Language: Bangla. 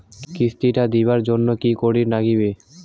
কিস্তি টা দিবার জন্যে কি করির লাগিবে?